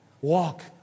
walk